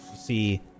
see